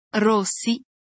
rossi